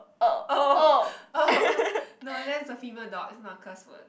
oh oh no that's a female dog it's not a curse word